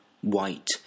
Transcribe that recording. white